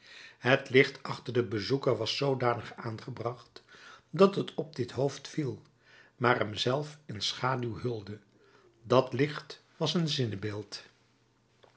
het licht achter den bezoeker was zoodanig aangebracht dat het op dit hoofd viel maar hem zelf in schaduw hulde dat licht was een zinnebeeld